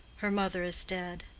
her mother is dead.